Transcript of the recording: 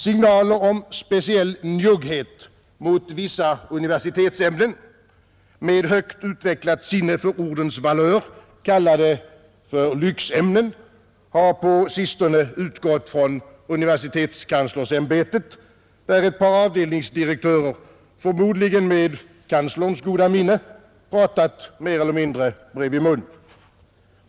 Signaler om speciell njugghet mot vissa universitetsämnen — med högt utvecklat sinne för ordens valör har man kallat dem för ”lyxämnen” — har på sistone utgått från universitetskanslersämbetet, där ett par avdelningsdirektörer — förmodligen med kanslerns goda minne — mer eller mindre pratat bredvid munnen.